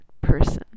person